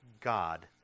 God